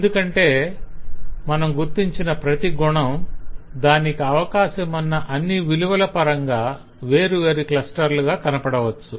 ఎందుకంటే మనం గుర్తించిన ప్రతి గుణం దానికి అవకాశమున్న అన్ని విలువల పరంగా వేరువేరు క్లస్టర్లుగా కనబడవచ్చు